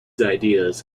ideas